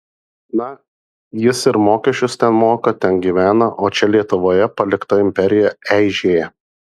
na jis ir mokesčius ten moka ten gyvena o čia lietuvoje palikta imperija eižėja